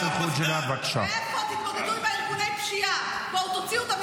זהו, עבר הזמן.